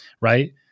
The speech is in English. Right